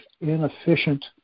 inefficient